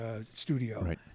studio